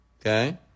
Okay